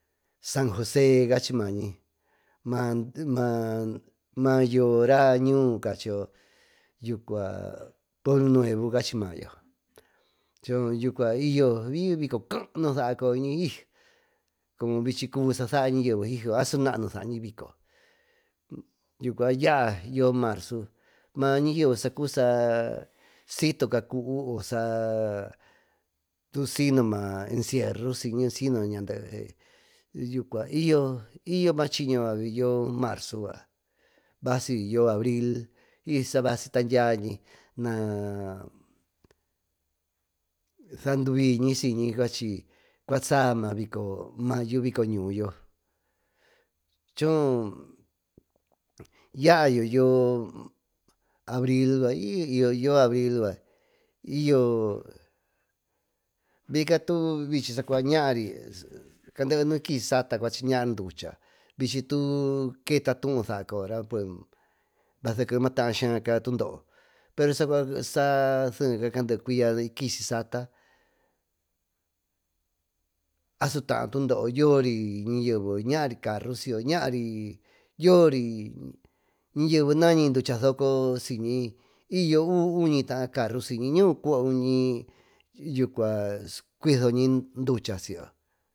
San josé cachy maañimayo raa ñuú cachiyo pueblo nuevo cachi mayo choon yucua y yo bicaá nu saañi como bichy cubi sasaña yeve a su naá nu saañi bico yucua yaa yoo mareo ma ñaa yeve sa situca cuú siyndma encierro nu sino ñandee cubi y yo ma chiño yucua y yo marzo vasi yoo abril ijo basi tandya baanduuiñy siyñi cuachi cua saa mayo bico ñuuyo choon yaayo abril y yo abril biyca sucua naary caadee nuikisi sata cachi naari ducha vichitu keta tuú saa coyora baseke maataa skaaca yo tundoo sari sacua saa candee cuya y kisise sata asu taayo tuundoho yo ri nayeve ñaary carro si yo ñaar yoory ñayeve nañi ducha sooco siyñi y yo uvi uñi ñuucuun y cuiso ñi ducha si yo.